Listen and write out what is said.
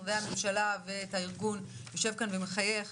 משרדי הממשלה ואת הארגון יושב כאן ומחייך